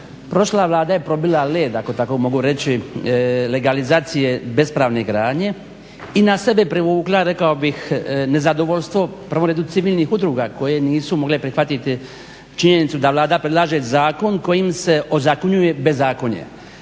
prošla Vlada je probila led ako tako mogu reći legalizacije bespravne gradnje i na sebe privukla rekao bih nezadovoljstvo u prvom redu civilnih udruga koje nisu mogle prihvatiti činjenicu da Vlada predlaže zakon kojim se ozakonjuje bezakonje,